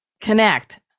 connect